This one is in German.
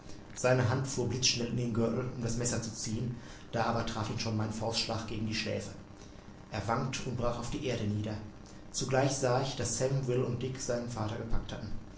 seine hand fuhr blitzschnell in den gürtel um das messer zu ziehen da aber traf ihn schon mein faustschlag gegen die schläfe er wankte und brach auf die erde nieder zugleich sah ich daß sam will und dick seinen vater gepackt hatten